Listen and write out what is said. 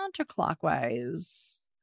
counterclockwise